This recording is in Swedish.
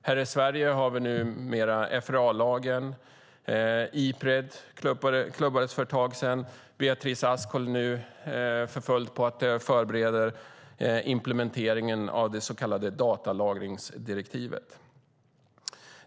Här i Sverige har vi numera FRA-lagen och Ipred som klubbades för ett tag sedan, och Beatrice Ask förbereder nu för fullt implementeringen av det så kallade datalagringsdirektivet.